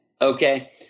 Okay